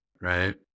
right